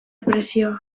presioa